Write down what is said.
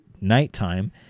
nighttime